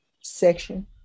section